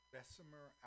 Bessemer